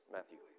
Matthew